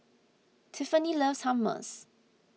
Tiffany loves Hummus